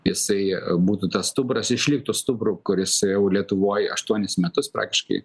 jisai būtų tas stuburas išliktų stuburu kuris jau lietuvoj aštuonis metus praktiškai